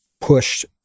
pushed